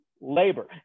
labor